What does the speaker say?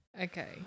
Okay